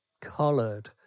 coloured